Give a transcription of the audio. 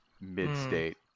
mid-state